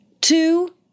two